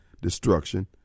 destruction